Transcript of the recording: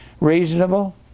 reasonable